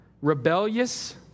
rebellious